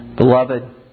Beloved